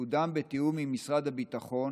ותקודם בתיאום עם משרד הביטחון.